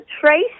trace